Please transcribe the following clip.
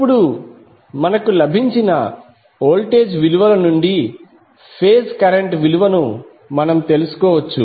ఇప్పుడు మనకు లభించిన వోల్టేజ్ విలువల నుండి ఫేజ్ కరెంట్ విలువను తెలుసుకోవచ్చు